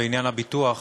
בעניין הביטוח,